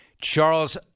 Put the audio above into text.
Charles